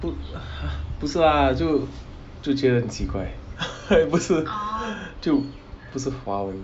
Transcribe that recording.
不不是 lah 就觉得很奇怪 不是就不是华文